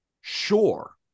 Sure